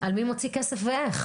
על מי מוציא כסף ואיך.